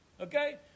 Okay